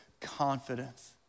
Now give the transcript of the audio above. confidence